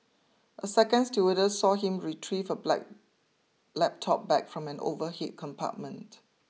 a second stewardess saw him retrieve a black laptop bag from an overhead compartment